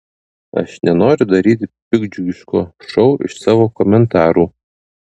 aš nenoriu daryti piktdžiugiško šou iš savo komentarų